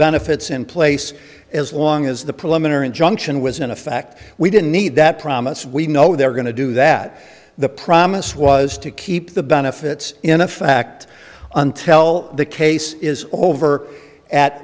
benefits in place as long as the preliminary injunction was in effect we didn't need that promise we know they're going to do that the promise was to keep the benefits in a fact until the case is over at